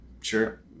sure